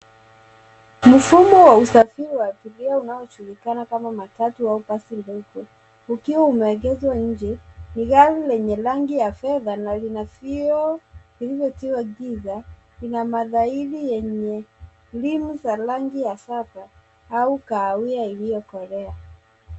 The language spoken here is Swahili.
Mfumo wa usafiri wa abiria unaojulikana kama matatu au basi dogo ukiwa umeegezwa nje. Ni gari lenye rangi ya fedha na Lina vioo vilivyotiwa giza. Vina matairi yenye rimu ya rangi ya saba au kahawia iliyokolea.